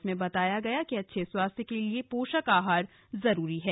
इसमें बताया गया कि अच्छे स्वास्थ्य के लिए पोषक आहार जरूरी है